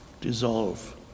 dissolve